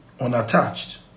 Unattached